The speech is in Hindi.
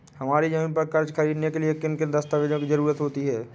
हमारी ज़मीन पर कर्ज ख़रीदने के लिए किन किन दस्तावेजों की जरूरत होती है?